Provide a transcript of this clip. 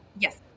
Yes